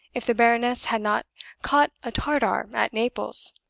if the baroness had not caught a tartar at naples,